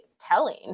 telling